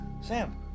Sam